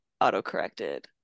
auto-corrected